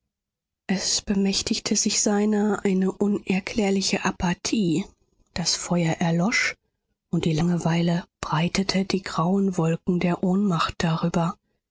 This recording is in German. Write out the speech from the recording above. es bemächtigte sich seiner eine unerklärliche apathie das feuer erlosch und die langeweile breitete die grauen wolken der ohnmacht darüber